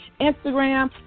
Instagram